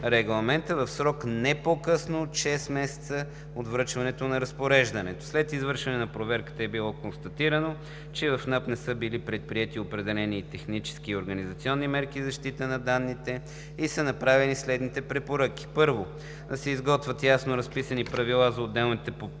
в срок не по-късно от шест месеца от връчване на разпореждането. След извършване на проверката е било констатирано, че в НАП не са били предприети определени технически и организационни мерки за защита на данните и са направени следните препоръки: да се изготвят ясно разписани правила за отделните потребители